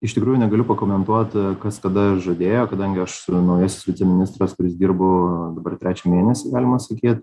iš tikrųjų negaliu pakomentuot kas tada žadėjo kadangi aš naujasis viceministras kuris dirbu dabar trečią mėnesį galima sakyt